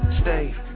stay